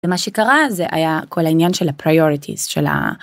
ומה שקרה זה היה כל העניין של ה-prioritize של ה...